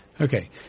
Okay